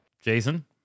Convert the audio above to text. jason